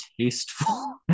tasteful